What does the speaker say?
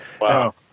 Wow